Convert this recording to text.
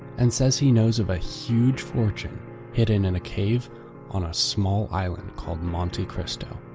and says he knows of a huge fortune hidden in a cave on a small island called monte cristo.